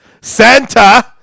Santa